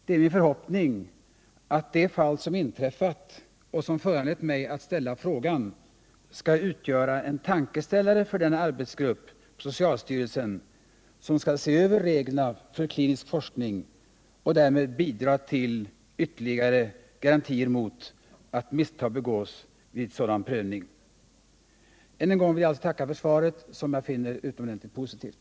Det är min förhoppning att det fall som inträffat och som föranlett mig att ställa frågan skall utgöra en tankeställare för den arbetsgrupp i socialstyrelsen som skall se över reglerna för klinisk forskning och därmed bidra till ytterligare garantier mot att misstag begås vid prövningen. Än en gång vill jag tacka för svaret, som jag finner utomordentligt positivt.